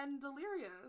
delirious